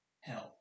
help